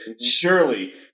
surely